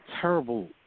terrible